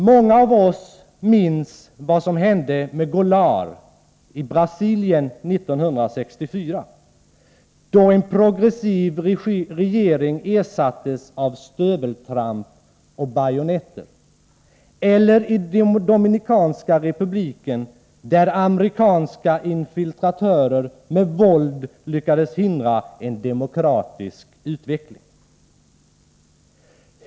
Många av oss minns vad som hände med Goulart i Brasilien 1964, då en progressiv regering ersattes av stöveltramp och bajonetter, eller i Dominikanska republiken där amerikanska infiltratörer med våld lyckades hindra en demokratisk utveckling.